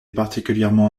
particulièrement